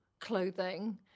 clothing